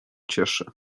cieszę